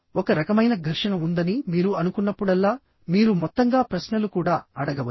ఒక రకమైన ఘర్షణ ఉందని మీరు అనుకున్నప్పుడల్లా మీరు మొత్తంగా ప్రశ్నలు కూడా అడగవచ్చు